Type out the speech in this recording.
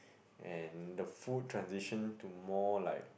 and the food transitioned to more like